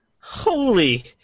Holy